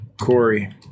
Corey